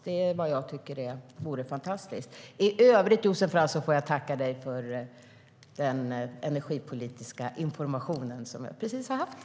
Det tycker jag vore fantastiskt.